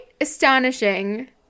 astonishing